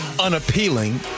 unappealing